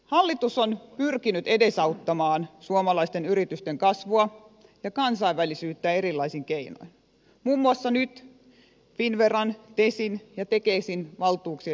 hallitus on pyrkinyt edesauttamaan suomalaisten yritysten kasvua ja kansainvälisyyttä erilaisin keinoin muun muassa finnveran tesin ja tekesin valtuuksien lisäyksellä